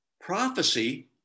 Prophecy